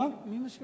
מי משיב?